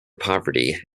poverty